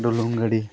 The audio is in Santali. ᱰᱩᱞᱩᱝ ᱜᱟᱹᱰᱤ